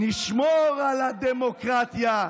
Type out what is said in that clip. נשמור על הדמוקרטיה,